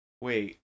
Wait